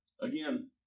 again